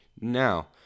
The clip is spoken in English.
Now